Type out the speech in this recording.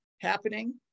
happening